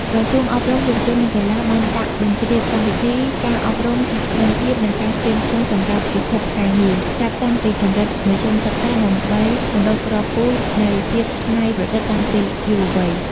ក្រសួងអប់រំ យុវជន និងកីឡា បានដាក់បញ្ជ្រាបកម្មវិធី "ការអប់រំសហគ្រិនភាព និងការត្រៀមខ្លួនសម្រាប់ពិភពការងារ" ចាប់តាំងពីកម្រិតមធ្យមសិក្សា ដើម្បីបណ្ដុះគ្រាប់ពូជនៃភាពច្នៃប្រឌិតតាំងពីយុវវ័យ។